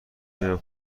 میرم